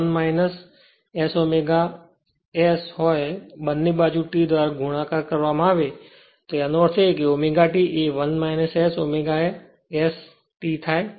અને જો તે ω 1 S ω S બંને બાજુ t ધ્વારા ગુણાકાર કરવામો આવે તો એનો અર્થ એ કે ω T એ 1 S ω S T થાય